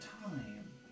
time